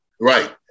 Right